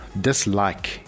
dislike